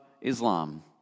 Islam